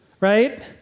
right